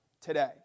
today